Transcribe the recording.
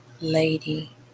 lady